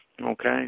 Okay